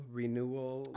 renewal